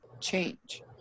change